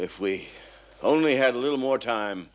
if we only had a little more time